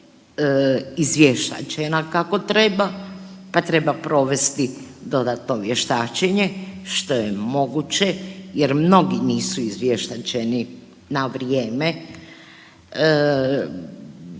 izvještačena kako treba, pa treba provesti dodatno vještačenje, što je moguće jer mnogi nisu izvještačeni na vrijeme.